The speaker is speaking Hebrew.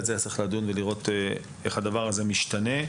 צריך לדון ולראות איך הדבר הזה משתנה.